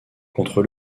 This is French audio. contre